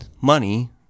money